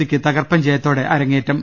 സിക്ക് തകർപ്പൻ ജയത്തോടെ അരങ്ങേറ്റം